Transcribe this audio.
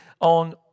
on